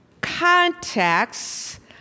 context